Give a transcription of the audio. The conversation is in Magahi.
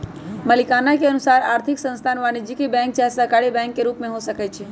मलिकाना के अनुसार आर्थिक संस्थान वाणिज्यिक बैंक चाहे सहकारी बैंक के रूप में हो सकइ छै